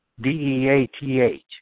D-E-A-T-H